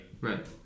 Right